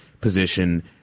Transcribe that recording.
position